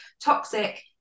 toxic